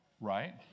right